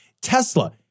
Tesla